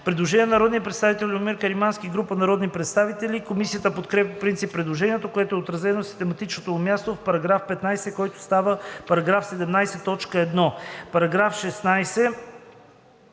Предложение на народния представител Любомир Каримански и група народни представители. Комисията подкрепя по принцип предложението, което е отразено на систематичното му място в § 15, който става § 17, т. 1. Параграф 16.